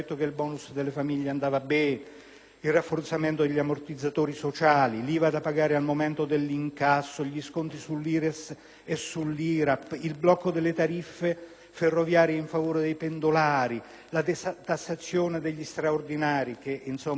il rafforzamento degli ammortizzatori sociali, l'IVA da pagare al momento dell'incasso, gli sconti sull'IRES e sull'IRAP, il blocco delle tariffe ferroviarie in favore dei pendolari, la detassazione degli straordinari (che in tempi di recessione